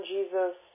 Jesus